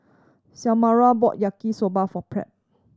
Xiomara bought Yaki Soba for Pratt